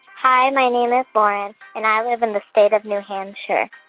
hi. my name is lauren, and i live in the state of new hampshire.